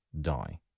die